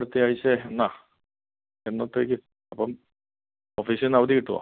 അടുത്ത ആഴ്ച എന്നാ എന്നത്തേക്ക് അപ്പം ഓഫീസിന്ന് അവധി കിട്ടുമോ